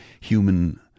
human